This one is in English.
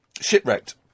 Shipwrecked